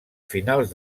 finals